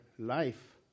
Life